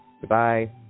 Goodbye